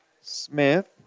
Smith